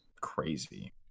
crazy